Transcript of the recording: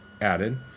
added